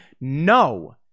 no